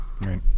Right